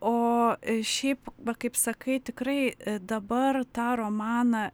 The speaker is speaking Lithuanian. o šiaip va kaip sakai tikrai dabar tą romaną